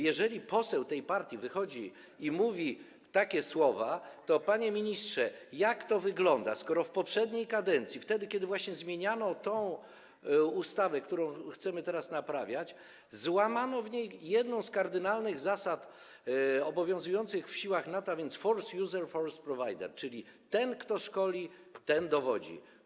Jeżeli poseł tej partii wychodzi i wypowiada takie słowa, to, panie ministrze, jak to wygląda, skoro w poprzedniej kadencji, wtedy kiedy właśnie zmieniano tę ustawę, którą chcemy teraz naprawiać, złamano jedną z kardynalnych zasad obowiązujących w siłach NATO: force user - force provider, czyli ten, kto szkoli, ten dowodzi?